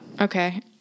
Okay